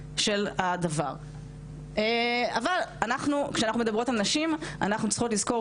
אבל כשאנחנו מדברות על נשים אנחנו צריכות לזכור